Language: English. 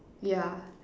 yeah